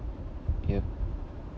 yup